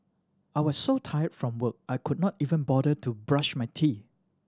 I was so tired from work I could not even bother to brush my teeth